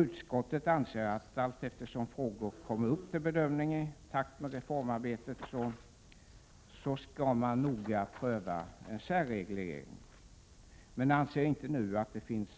Utskottet anser att allteftersom frågor kommer upp till bedömning i takt med att reformarbetet fortskrider så skall behovet av särreglering noga övervägas, men anser inte att det nu finns